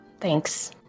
Thanks